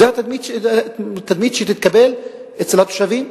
זה התדמית שתתקבל אצל התושבים?